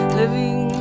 living